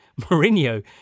Mourinho